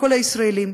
לכל הישראלים,